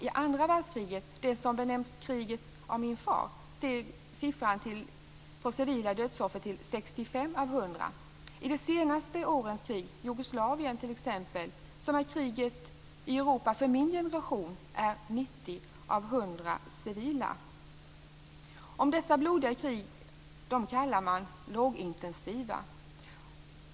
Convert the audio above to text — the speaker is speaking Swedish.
I andra världskriget - det som benämns kriget av min far - steg siffran för civila dödsoffer till 65 av 100. I de senaste årens krig - Jugoslavien, som är kriget i Europa för min generation - är 90 av 100 döda civila. Dessa blodiga krig kallar man lågintensiva.